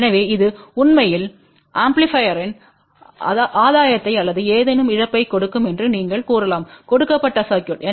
எனவே இது உண்மையில் ஆம்பிளிபையர்யின் ஆதாயத்தை அல்லது ஏதேனும் இழப்பைக் கொடுக்கும் என்று நீங்கள் கூறலாம் கொடுக்கப்பட்ட சர்க்யூட்